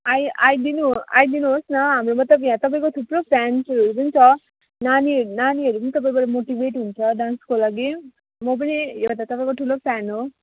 आइ आइदिनु आइदिनु होस् न हाम्रो मतलब यहाँ तपाईँको थुप्रो फ्यान्सहरू पनि छ नानी नानीहरू पनि तपाईँबाट मोटिभेट हुन्छ डान्सको लागि म पनि तपाईँको ठुलो फ्यान हो